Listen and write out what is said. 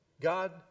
God